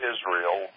Israel